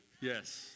Yes